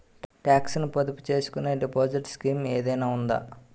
Talks ను పొదుపు చేసుకునే డిపాజిట్ స్కీం ఏదైనా ఉందా?